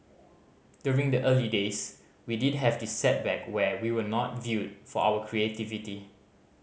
during the early days we did have this setback where we were not viewed for our creativity